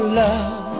love